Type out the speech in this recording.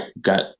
got